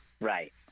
Right